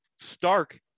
Stark